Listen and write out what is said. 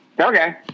Okay